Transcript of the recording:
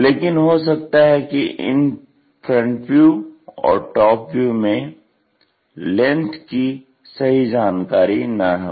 लेकिन हो सकता है कि इन FV और TV में लेंथ कि सही जानकारी न हो